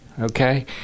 okay